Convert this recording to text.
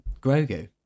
Grogu